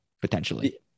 potentially